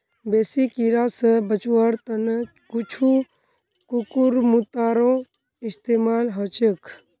बेसी कीरा स बचवार त न कुछू कुकुरमुत्तारो इस्तमाल ह छेक